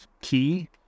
key